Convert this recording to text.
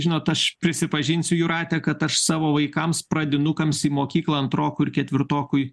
žinot aš prisipažinsiu jūrate kad aš savo vaikams pradinukams į mokyklą antroku ir ketvirtokui